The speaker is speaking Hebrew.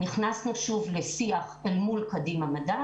נכנסנו שוב לשיח אל מול קדימה מדע,